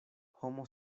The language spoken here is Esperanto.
homo